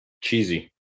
Cheesy